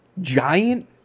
Giant